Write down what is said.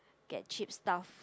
get cheap stuff